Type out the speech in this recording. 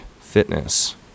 fitness